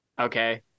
Okay